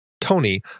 Tony